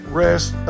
rest